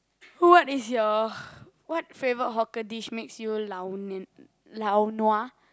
what is your what favourite hawker dish makes you lao nua